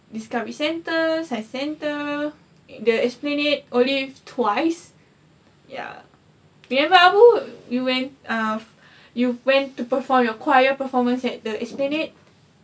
discovery centre science centre the esplanade olive twice ya remember abu you went um you went to perform your choir performance at the esplanade